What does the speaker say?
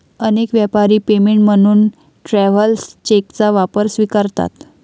अनेक व्यापारी पेमेंट म्हणून ट्रॅव्हलर्स चेकचा वापर स्वीकारतात